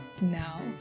now